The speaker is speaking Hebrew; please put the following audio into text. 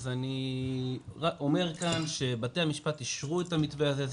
אני אומר כאן שבתי המשפט אישרו את המתווה הזה,